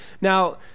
Now